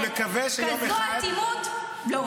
אני מקווה שיום אחד --- כזאת אטימות לא ראיתי,